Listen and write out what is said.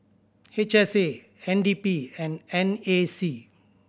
H S A N D P and N A C